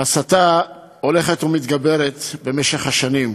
ההסתה הולכת ומתגברת במשך השנים,